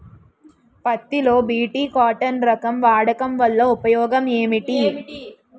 పత్తి లో B cotton రకం వాడకం వల్ల ఉపయోగం ఏమిటి?